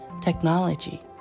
technology